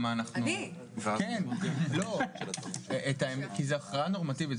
כי זו הכרעה נורמטיבית,